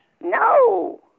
No